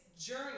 journey